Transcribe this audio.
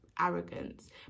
arrogance